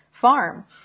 farm